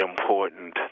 important